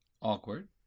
Awkward